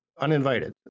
uninvited